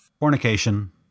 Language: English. fornication